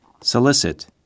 Solicit